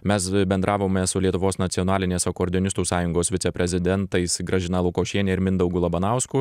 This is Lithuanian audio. mes bendravome su lietuvos nacionalinės akordeonistų sąjungos viceprezidentais gražina lukošiene ir mindaugu labanausku